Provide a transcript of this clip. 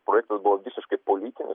projektas buvo visiškai politinis